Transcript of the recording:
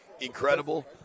incredible